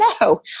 no